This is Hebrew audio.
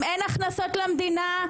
אם אין הכנסות למדינה,